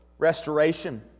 restoration